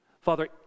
Father